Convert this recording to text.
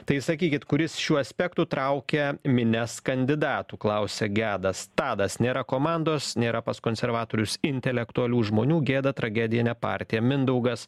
tai sakykit kuris šiuo aspektu traukia minias kandidatų klausia gedas tadas nėra komandos nėra pas konservatorius intelektualių žmonių gėda tragedija ne partija mindaugas